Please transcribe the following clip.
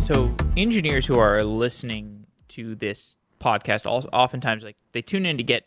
so engineers who are listening to this podcast, often times, like they tune in to get